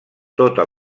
tota